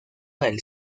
del